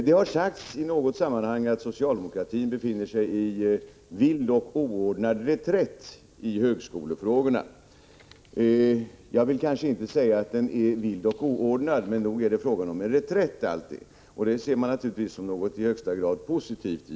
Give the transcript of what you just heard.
Det har sagts i något sammanhang att socialdemokratin befinner sig i vild och oordnad reträtt i högskolefrågorna. Jag vill kanske inte säga att den är vild och oordnad, men nog är det fråga om en reträtt alltid. Det ser vi naturligtvis som något i högsta grad positivt.